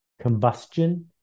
combustion